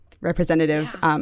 representative